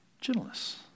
gentleness